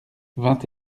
vingt